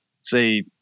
say